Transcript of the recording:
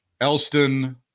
Elston